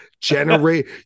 generate